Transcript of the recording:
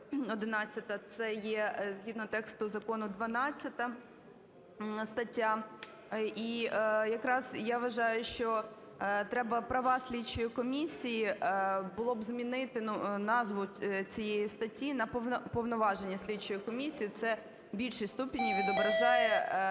це є згідно тексту закону 12 стаття. І якраз я вважаю, що треба права слідчої комісії, було б змінити назву цієї статті на "Повноваження слідчої комісії". Це в більшому ступені відображає